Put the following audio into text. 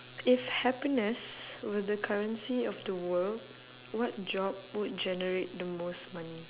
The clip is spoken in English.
if happiness were the currency of the world what job would generate the most money